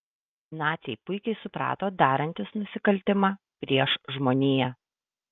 naciai puikiai suprato darantys nusikaltimą prieš žmoniją